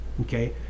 okay